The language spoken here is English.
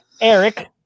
Eric